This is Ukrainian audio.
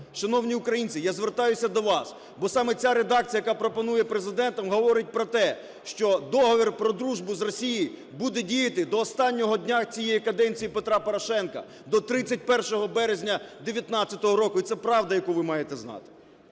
Шановні українці, я звертаюся до вас, бо саме ця редакція, яка пропонується Президентом, говорить про те, що Договір про дружбу з Росією буде діяти до останнього дня цієї каденції Петра Порошенка: до 31 березня 19-го року. І це правда, яку ви маєте знати.